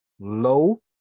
low